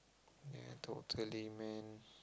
ya totally man